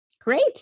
Great